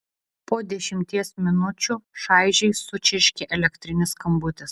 po dešimties minučių šaižiai sučirškė elektrinis skambutis